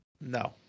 No